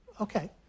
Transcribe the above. okay